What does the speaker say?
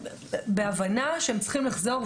בהבנה שהם צריכים לחזור.